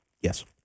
yes